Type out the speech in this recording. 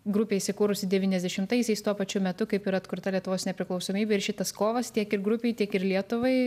grupė įsikūrusi devyniasdešimtaisiais tuo pačiu metu kaip ir atkurta lietuvos nepriklausomybė ir šitas kovas tiek ir grupei tiek ir lietuvai